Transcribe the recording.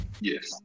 yes